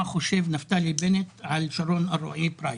חושב נפתלי בנט על שרון אלרעי פרייס?